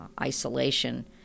isolation